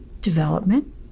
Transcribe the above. development